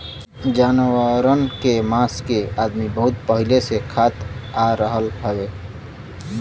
जानवरन के मांस के अदमी बहुत पहिले से खात आ रहल हउवे